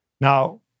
Now